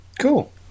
Cool